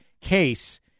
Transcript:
case